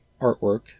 artwork